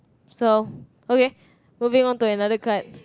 so okay moving on to another card